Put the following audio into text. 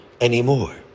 anymore